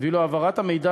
הרישוי,